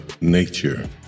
Nature